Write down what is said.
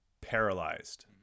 paralyzed